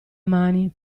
mani